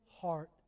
heart